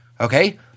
Okay